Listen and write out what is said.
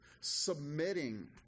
submitting